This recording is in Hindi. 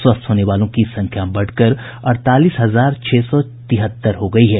स्वस्थ होने वालों की संख्या बढ़कर अड़तालीस हजार छह सौ तिहत्तर हो गयी है